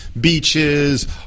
beaches